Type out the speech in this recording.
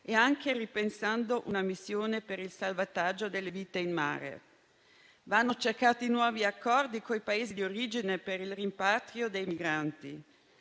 e ripensando una missione per il salvataggio delle vite in mare. Vanno cercati nuovi accordi con i Paesi di origine per il rimpatrio dei migranti,